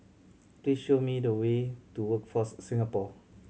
please show me the way to Workforce Singapore